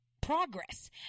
progress